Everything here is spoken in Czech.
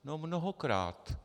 No mnohokrát.